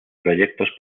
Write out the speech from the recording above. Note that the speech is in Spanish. proyectos